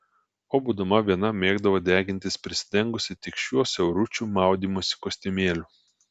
o būdama viena mėgdavo degintis prisidengusi tik šiuo siauručiu maudymosi kostiumėliu